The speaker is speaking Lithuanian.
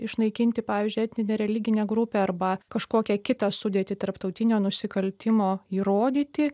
išnaikinti pavyzdžiui etninę religinę grupę arba kažkokią kitą sudėtį tarptautinio nusikaltimo įrodyti